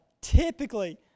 typically